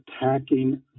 attacking